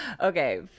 okay